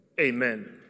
Amen